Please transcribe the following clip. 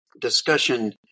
discussion